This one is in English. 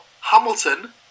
Hamilton